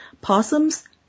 Possums